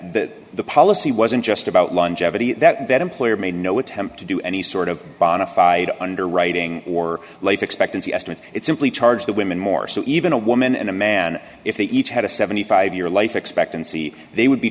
that the policy wasn't just about longevity that the employer made no attempt to do any sort of bonafide underwriting or life expectancy estimates it simply charged the women more so even a woman and a man if they each had a seventy five year life expectancy they would be